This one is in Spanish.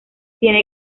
tiene